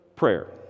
prayer